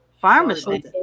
Pharmacy